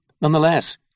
Nonetheless